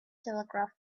telegraph